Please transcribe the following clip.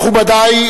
מכובדי,